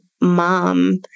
mom